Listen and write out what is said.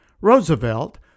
Roosevelt